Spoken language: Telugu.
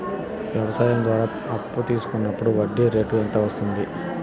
వ్యవసాయం ద్వారా అప్పు తీసుకున్నప్పుడు వడ్డీ రేటు ఎంత పడ్తుంది